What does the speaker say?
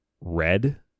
red